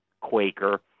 Quaker